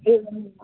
एवं वा